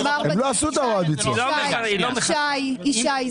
לגבי הוראות הביצוע למס רכישה לדירה בבעלות יתום.